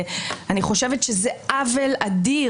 אני חושבת שזה עוול אדיר,